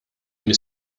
mis